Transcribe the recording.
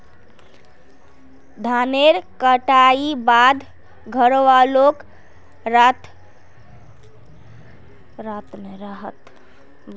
धानेर कटाई बाद घरवालोक राहत मिली छे